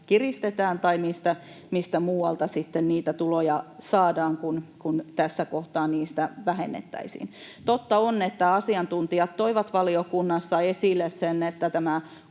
kiristetään tai mistä muualta sitten niitä tuloja saadaan, kun tässä kohtaa niitä vähennettäisiin. Totta on, että asiantuntijat toivat valiokunnassa esille sen, että tämä